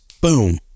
Boom